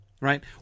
right